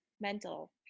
mental